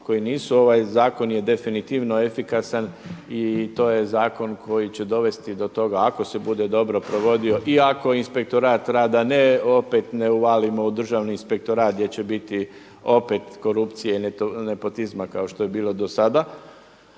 Ovaj zakon je definitivno efikasan i to je zakon koji će dovesti do toga ako se bude dobro provodio i ako inspektorat rada ne opet ne uvalimo u Državni inspektorat gdje će biti opet korupcije i nepotizma kao što je bilo do sada,